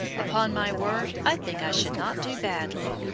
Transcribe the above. upon my word i think i should not do badly!